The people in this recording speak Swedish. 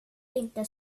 inte